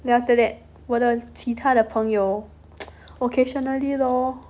then after that 我的其他的朋友 occasionally lor